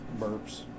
Burps